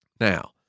Now